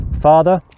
father